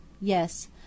yes